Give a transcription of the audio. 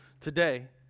today